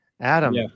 Adam